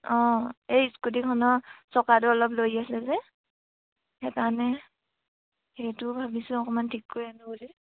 অঁ এই স্কুটিখনৰ চকাটো অলপ লৰি আছে যে সেইকাৰণে সেইটো ভাবিছোঁ অকমান ঠিক কৰি আনো বুলি